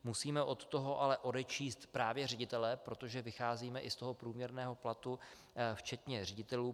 Musíme od toho ale odečíst právě ředitele, protože vycházíme i z toho průměrného platu včetně ředitelů.